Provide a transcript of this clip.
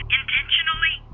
intentionally